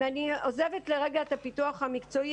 אם אני עוזבת לרגע את הפיתוח המקצועי,